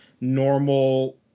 normal